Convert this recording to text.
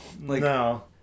No